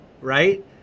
right